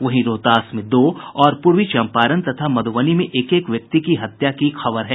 वहीं रोहतास में दो और पूर्वी चम्पारण तथा मध्रबनी में एक एक व्यक्ति की हत्या की खबर है